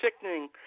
sickening